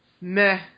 Meh